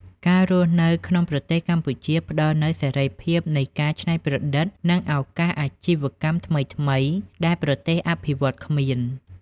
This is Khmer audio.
ការរស់នៅក្នុងប្រទេសកម្ពុជាផ្តល់នូវ "សេរីភាពនៃការច្នៃប្រឌិត" និងឱកាសអាជីវកម្មថ្មីៗដែលប្រទេសអភិវឌ្ឍន៍គ្មាន។